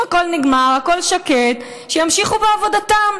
אם הכול נגמר, הכול שקט, שימשיכו בעבודתם.